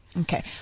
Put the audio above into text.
Okay